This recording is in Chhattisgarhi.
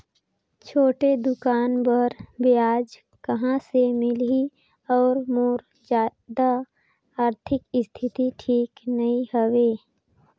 छोटे दुकान बर ब्याज कहा से मिल ही और मोर जादा आरथिक स्थिति ठीक नी हवे?